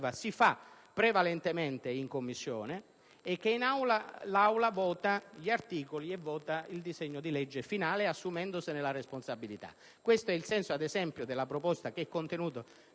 luogo prevalentemente in Commissione e che l'Assemblea vota gli articoli e il disegno di legge finale, assumendosene la responsabilità. Questo è il senso, ad esempio, delle proposte di modifica